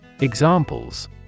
Examples